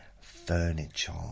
furniture